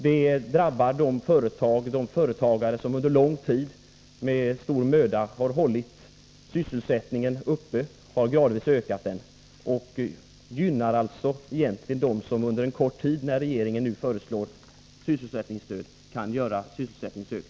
Detta drabbar de företagare som under lång tid med stor möda har hållit sysselsättningen uppe och gradvis ökat den. Det gynnar dem som under en kort tid — när regeringen nu föreslår sysselsättningsstöd — kan öka sysselsättningen.